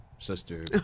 sister